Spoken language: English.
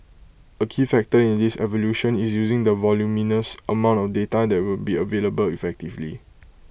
A key factor in this evolution is using the voluminous amount of data that will be available effectively